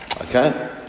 Okay